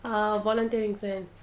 a volunteering thing